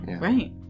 right